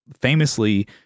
famously